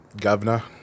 Governor